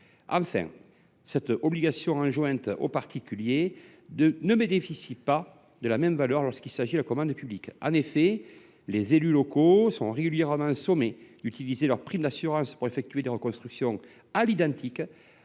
Enfin, cette obligation enjointe aux particuliers ne bénéficie pas de la même valeur lorsqu’il s’agit de la commande publique : les élus locaux sont régulièrement sommés d’utiliser leurs primes d’assurance pour effectuer des reconstructions à l’identique,